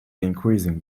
increasing